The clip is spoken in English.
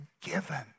given